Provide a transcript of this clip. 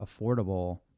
affordable